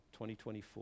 2024